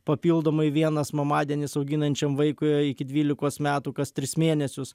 papildomai vienas mamadienis auginančiam vaikui iki dvylikos metų kas tris mėnesius